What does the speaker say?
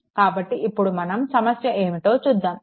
కాబట్టి ఇప్పుడు మనం సమస్య ఏమిటో చూద్దాం